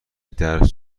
درس